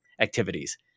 activities